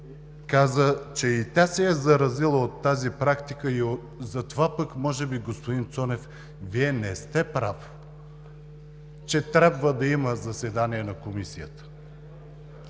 каза, че и тя се е заразила от тази практика и затова пък може би, господин Цонев, Вие не сте прав, че трябва да има заседание на Комисията.